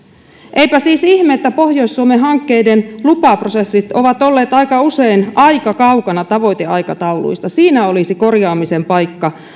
eipä siis ihme että pohjois suomen hankkeiden lupaprosessit ovat olleet aika usein aika kaukana tavoiteaikatauluista siinä olisi korjaamisen paikka